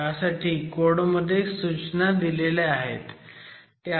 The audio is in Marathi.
त्यासाठी कोड मध्ये सूचना दिलेल्या आहेत